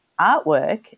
artwork